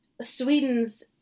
Sweden's